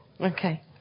Okay